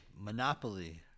Monopoly